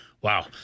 Wow